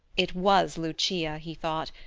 it was lucia, he thought,